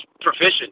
proficient